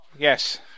Yes